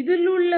இதிலுள்ள